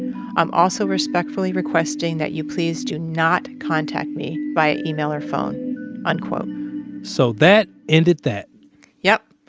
i'm also respectfully requesting that you please do not contact me by email or phone unquote so that ended that yep.